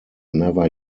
never